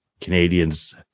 Canadians